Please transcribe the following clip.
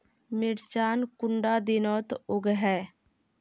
मिर्चान कुंडा दिनोत उगैहे?